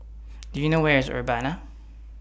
Do YOU know Where IS Urbana